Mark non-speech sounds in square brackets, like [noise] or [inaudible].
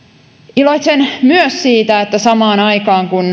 iloitsen myös siitä että samaan aikaan kun [unintelligible]